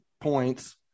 points